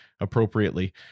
appropriately